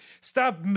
Stop